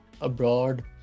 abroad